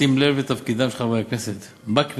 בשים לב לתפקידם של חברי הכנסת בכנסת.